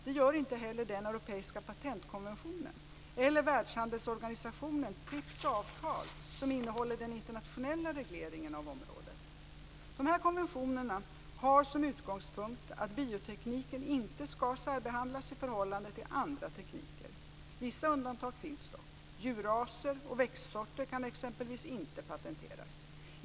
Det gör inte heller den europeiska patentkonventionen eller Världshandelsorganisationens TRIP-avtal, som innehåller den internationella regleringen av området. Dessa konventioner har som utgångspunkt att biotekniken inte skall särbehandlas i förhållande till andra tekniker. Vissa undantag finns dock. Djurarter och växtsorter kan exempelvis inte patenteras.